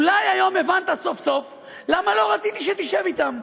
אולי היום הבנת סוף-סוף למה לא רציתי שתשב אתם.